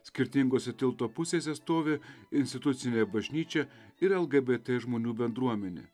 skirtingose tilto pusėse stovi institucinė bažnyčia ir lgbt žmonių bendruomenė